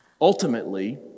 Ultimately